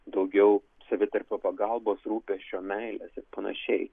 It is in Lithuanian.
daugiau savitarpio pagalbos rūpesčio meilės ir panašiai